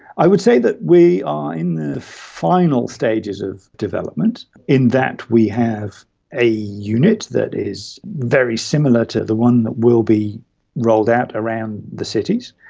i would say that we are in the final stages of development in that we have a unit that is very similar to the one that will be rolled out around the cities,